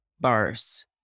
bars